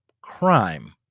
crime